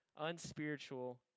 unspiritual